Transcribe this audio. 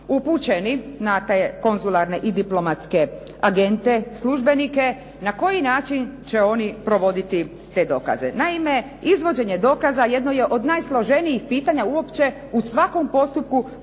upućeni na te konzularne i diplomatske agente, službenike na koji način će oni provoditi te dokaze. Naime, izvođenje dokaza jedno je od najsloženijih pitanja uopće u svakom postupku